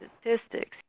statistics